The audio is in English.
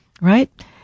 right